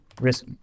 risk